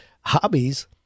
hobbies